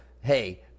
Hey